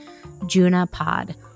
JUNAPOD